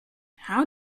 how